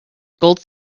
gold